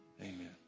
amen